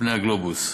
על-פני הגלובוס.